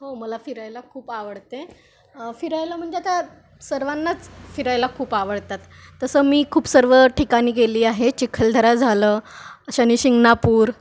हो मला फिरायला खूप आवडते फिरायला म्हणजे आता सर्वांनाच फिरायला खूप आवडतात तसं मी खूप सर्व ठिकाणी गेली आहे चिखलदरा झालं शनिशिंगणापूर